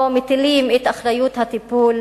או מטילים את אחריות הטיפול